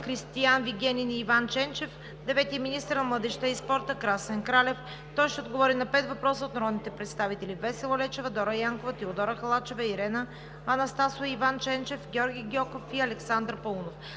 Кристиан Вигенин; и Иван Ченчев. 9. Министърът на младежта и спорта Красен Кралев ще отговори на пет въпроса от народните представители Весела Лечева; Дора Янкова; Теодора Халачева; Ирена Анастасова; и Иван Ченчев, Георги Гьоков и Александър Паунов.